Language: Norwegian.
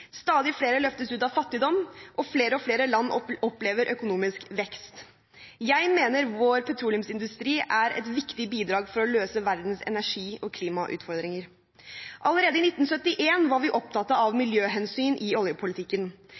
Stadig flere løftes ut av fattigdom, og flere og flere land opplever økonomisk vekst. Jeg mener vår petroleumsindustri er et viktig bidrag for å løse verdens energi- og klimautfordringer. Allerede i 1971 var vi opptatt av miljøhensyn i oljepolitikken.